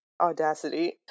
audacity